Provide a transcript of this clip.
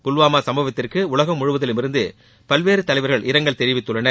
புல்வாமா சம்பவத்திற்கு உலகம் முழுவதிலும் இருந்து பல்வேறு தலைவர்கள் இரங்கல் தெரிவித்துள்ளனர்